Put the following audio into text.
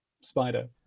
spider